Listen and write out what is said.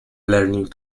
learning